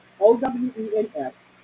O-W-E-N-S